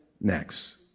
next